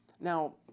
Now